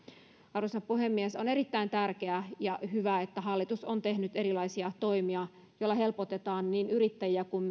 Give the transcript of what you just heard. arvoisa puhemies on erittäin tärkeä ja hyvä että hallitus on tehnyt erilaisia toimia joilla helpotetaan niin yrittäjiä kuin